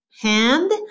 hand